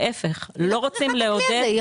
היא לא צריכה את הכלי הזה.